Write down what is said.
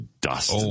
dust